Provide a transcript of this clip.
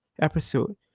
episode